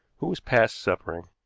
who was past suffering.